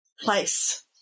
place